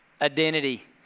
identity